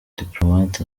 diplomate